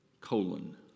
colon